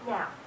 Now